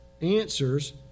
answers